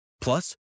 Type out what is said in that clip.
Plus